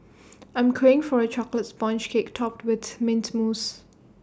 I'm craving for A Chocolate Sponge Cake Topped with Mint Mousse